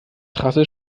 trasse